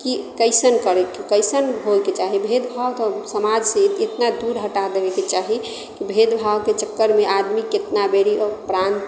कि कैसन करैके कैसन होइके चाही भेदभाव तऽ समाजसँ इतना दूर हटा देबयके चाही कि भेदभावके चक्करमे आदमी कितना बेरी प्राण